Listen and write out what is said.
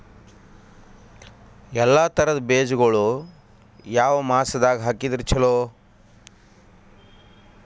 ಎಲ್ಲಾ ತರದ ಬೇಜಗೊಳು ಯಾವ ಮಾಸದಾಗ್ ಹಾಕಿದ್ರ ಛಲೋ?